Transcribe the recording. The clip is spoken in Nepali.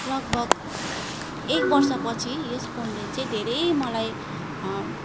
लगभग एक वर्षपछि यस फोनले चाहिँ धेरै मलाई